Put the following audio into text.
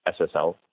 SSL